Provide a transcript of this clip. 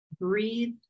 breathe